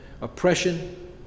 oppression